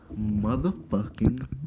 motherfucking